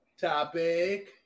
topic